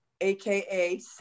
aka